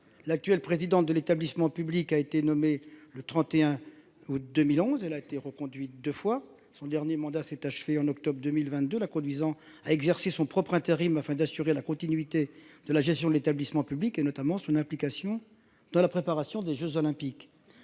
l'actuelle présidente de l'établissement public a été nommé le 31 août 2011, elle a été reconduite 2 fois son dernier mandat s'est achevé en octobre 2022 la conduisant à exercer son propre intérim afin d'assurer la continuité de la gestion de l'établissement public et notamment son implication dans la préparation des Jeux olympiques.